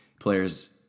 players